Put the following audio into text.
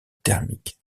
thermique